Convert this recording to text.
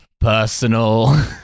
personal